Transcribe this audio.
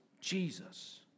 Jesus